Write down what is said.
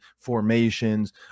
formations